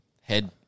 head